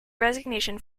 resignation